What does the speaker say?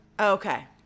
Okay